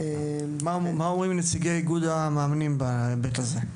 מה אומרים נציגי איגוד המאמנים בהיבט הזה?